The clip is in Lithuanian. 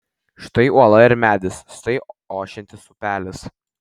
štai uola ir medis štai ošiantis upelis